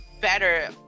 better